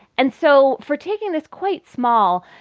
and so for taking this quite small,